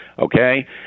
Okay